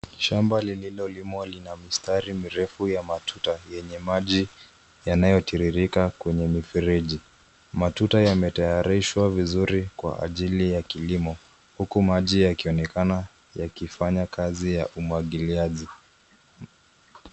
Shamba lililolimwa lina mistari mirefu ya matuta, yenye maji yanayotiririka kwenye mifereji. Matuta yametayarishwa vizuri, kwa ajili ya kilimo, huku maji yakionekana yakifanya kazi ya umwagiliaji.